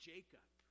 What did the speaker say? Jacob